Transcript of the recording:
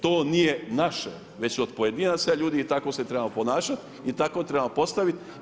To nije naše već od pojedinaca, ljudi i tako se trebamo ponašati i tako trebamo postaviti.